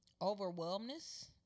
overwhelmness